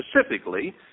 specifically